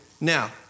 now